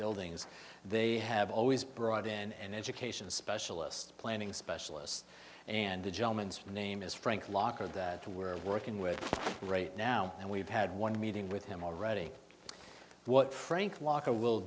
building as they have always brought in an education specialist planning specialist and the germans name is frank locker that we're working with right now and we've had one meeting with him already what frank walker will